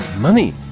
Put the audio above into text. money